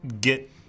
get